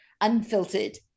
unfiltered